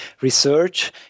research